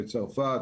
בצרפת